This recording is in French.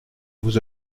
vous